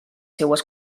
seues